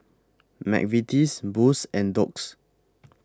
Mcvitie's Boost and Doux